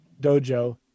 dojo